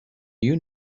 you